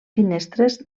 finestres